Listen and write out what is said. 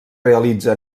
realitza